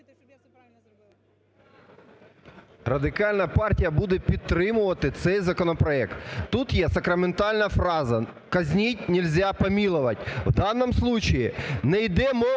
Радикальна партія буде підтримувати цей законопроект. Тут є сакраментальна фраза: "Казнить нельзя помиловать". В данном случае не йде мова ні